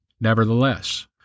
Nevertheless